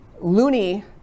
loony